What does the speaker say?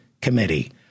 Committee